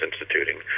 instituting